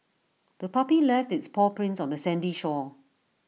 the puppy left its paw prints on the sandy shore